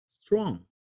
strong